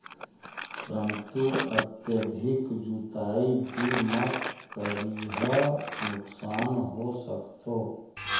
परंतु अत्यधिक जुताई भी मत करियह नुकसान हो सकतो